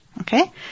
Okay